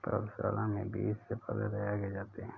पौधशाला में बीज से पौधे तैयार किए जाते हैं